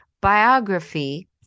Biography